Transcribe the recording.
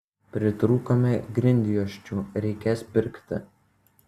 pritrūkome grindjuosčių reikės pirkti